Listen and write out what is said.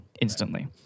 instantly